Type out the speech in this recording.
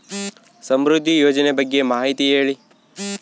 ಸಮೃದ್ಧಿ ಯೋಜನೆ ಬಗ್ಗೆ ಮಾಹಿತಿ ಹೇಳಿ?